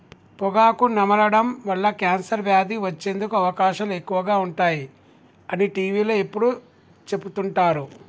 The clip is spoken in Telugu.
పొగాకు నమలడం వల్ల కాన్సర్ వ్యాధి వచ్చేందుకు అవకాశాలు ఎక్కువగా ఉంటాయి అని టీవీలో ఎప్పుడు చెపుతుంటారు